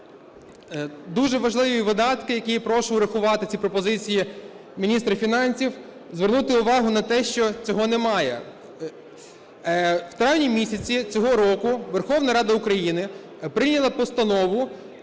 дуже важливі видатки, які я прошу врахувати ці пропозиції міністра фінансів, звернути увагу на те, що цього немає. У травні місяці цього року Верховна Рада України прийняла Постанову